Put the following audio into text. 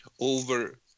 over